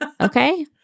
Okay